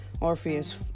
Orpheus